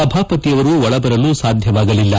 ಸಭಾಪತಿಯವರು ಒಳಬರಲು ಸಾಧ್ಯವಾಗಿಲ್ಲ